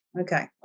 Okay